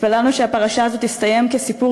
התפללנו שהפרשה הזאת תסתיים כסיפור